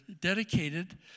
dedicated